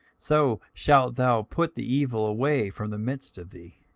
so shalt thou put the evil away from the midst of thee.